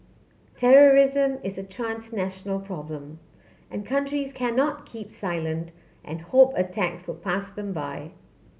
terrorism is a transnational problem and countries cannot keep silent and hope attacks will pass them by